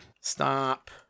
Stop